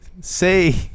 say